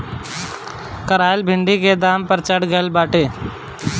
करइली भिन्डी के दाम भी चढ़ गईल बाटे